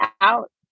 out